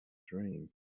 dream